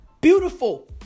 Beautiful